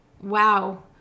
Wow